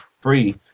free